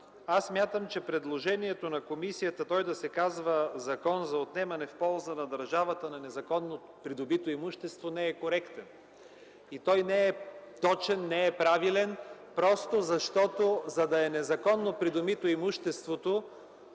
смятам, че предложението на комисията той да се казва „Закон за отнемане в полза на държавата на незаконно придобито имущество” не е коректно. Наименованието не е точно, не е правилно, защото за да е незаконно придобито имуществото,